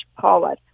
power